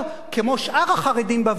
כמו שאר החרדים בוועדה,